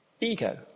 Ego